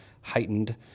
heightened